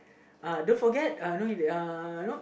uh don't forget uh know uh you know